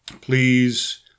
Please